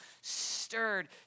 stirred